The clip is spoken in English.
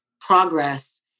progress